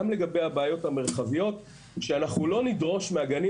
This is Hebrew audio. גם לגבי הבעיות המרחביות שאנחנו לא נדרוש מהגנים